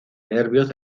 nervios